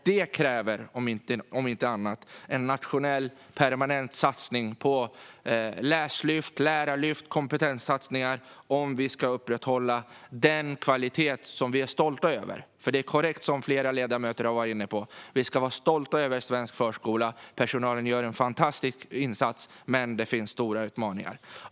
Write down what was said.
Det kräver en permanent nationell satsning på läslyft, lärarlyft och kompetens, om vi ska kunna upprätthålla den kvalitet som vi är stolta över. För det är korrekt som flera ledamöter har varit inne på: Vi ska vara stolta över svensk förskola. Personalen gör en fantastisk insats, men det finns stora utmaningar.